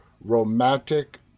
romantic